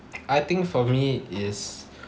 I think for me is